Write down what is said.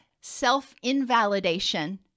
self-invalidation